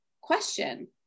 question